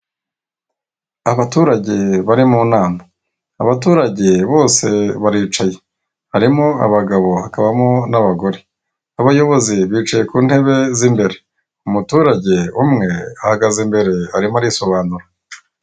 Abaturage bari mu nama, abaturage bose baricaye harimo abagabo hakabamo n'abagore, abayobozi bicaye ku ntebe z'imbere. Umuturage umwe ahagaze imbere arimo arisobanura.